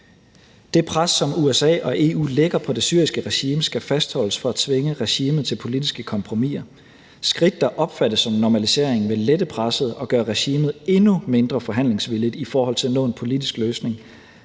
Det pres, som USA og EU lægger på det syriske regime, skal fastholdes, for at tvinge regimet til politiske kompromiser; skridt, der opfattes som en normalisering, vil lette presset og gøre regimet endnu mindre forhandlingsvilligt i forhold til at nå en politisk løsning